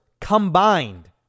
combined